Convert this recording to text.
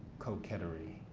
coquetry.